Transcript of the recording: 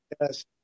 yes